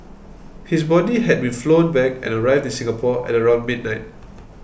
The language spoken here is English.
his body had been flown back and arrived in Singapore at around midnight